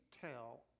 tell